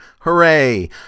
Hooray